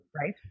Right